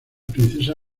princesa